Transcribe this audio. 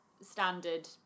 standard